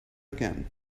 again